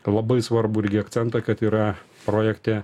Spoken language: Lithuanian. labai svarbu irgi akcentą kad yra projekte